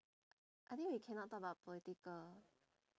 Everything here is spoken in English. I think we cannot talk about political